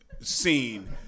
scene